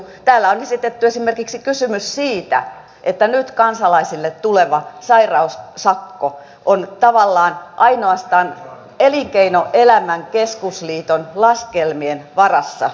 täällä on esitetty esimerkiksi kysymys siitä että nyt kansalaisille tuleva sairaussakko on tavallaan ainoastaan elinkeinoelämän keskusliiton laskelmien varassa tuomittu